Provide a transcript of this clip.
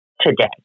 today